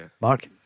Mark